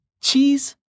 Cheese